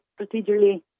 procedurally